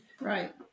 Right